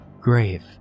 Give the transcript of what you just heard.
grave